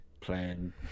playing